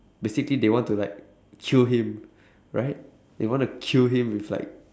basically they want to like kill him right they want to kill him with like